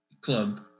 club